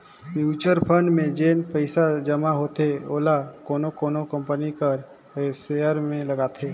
mutual fund में जेन पइसा जमा होथे ओला कोनो कोनो कंपनी कर सेयर में लगाथे